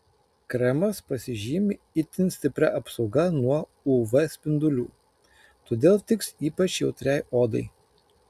kremas pasižymi itin stipria apsauga nuo uv spindulių todėl tiks ypač jautriai odai